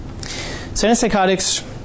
antipsychotics